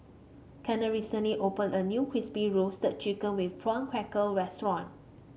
Kennard recently opened a new Crispy Roasted Chicken with prawn cracker restaurant